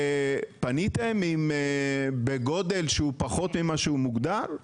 בניתם בגודל פחות ממה שהוא מוגדר?